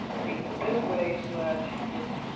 faces this way so that it